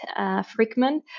Frickman